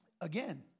Again